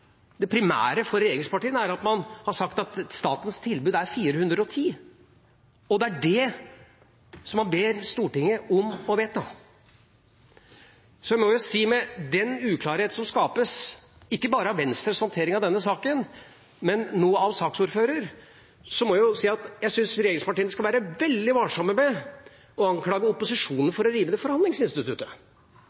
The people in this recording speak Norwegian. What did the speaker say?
Det primære for regjeringspartiene er at man har sagt at statens tilbud er på 410 mill. kr, og det er det man ber Stortinget om å vedta. Så jeg må si at med den uklarhet som skapes, ikke bare av Venstres håndtering av denne saken, men nå av saksordføreren, syns jeg regjeringspartiene skal være veldig varsomme med å anklage opposisjonen for å rive ned forhandlingsinstituttet. Hvis det